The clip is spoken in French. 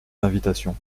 d’invitation